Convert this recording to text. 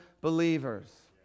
believers